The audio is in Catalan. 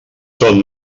són